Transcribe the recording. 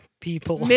people